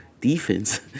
defense